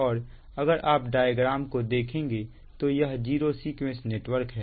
और अगर आप डायग्राम को देखेंगे तो यह जीरो सीक्वेंस नेटवर्क है